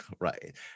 right